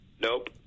Nope